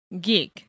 Gig